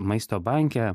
maisto banke